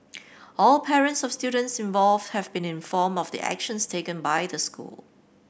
all parents of students involved have been informed of the actions taken by the school